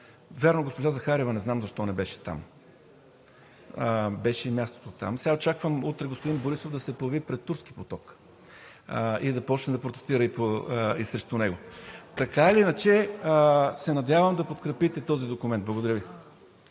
вярно госпожа Захариева не знам защо не беше там, беше ѝ мястото там. Сега очаквам утре господин Борисов да се появи пред „Турски поток“ и да започне да протестира и срещу него. (Шум и реплики от ГЕРБ-СДС.) Така или иначе се надявам да подкрепите този документ. Благодаря Ви.